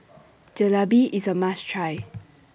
Jalebi IS A must Try